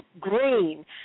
green